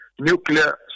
nuclear